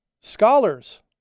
scholars